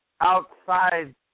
outside